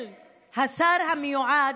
של השר המיועד,